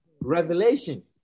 revelation